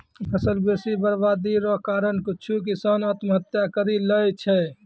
फसल बेसी बरवादी रो कारण कुछु किसान आत्महत्या करि लैय छै